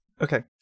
okay